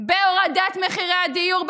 בהורדת מחירי הדיור,